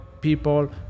people